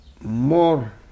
more